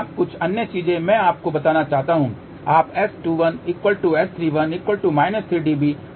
अब कुछ अन्य चीजें जो मैं आपको बताना चाहता हूं आप S21 S31 3 dB देख सकते हैं